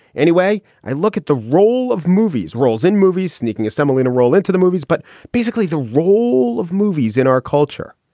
anyway, i look at the role of movies, roles in movies, sneaking a semolina roll into the movies. but basically the role of movies in our culture.